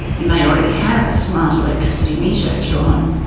you may already have a smart electricity meter at your home.